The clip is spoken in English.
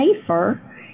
safer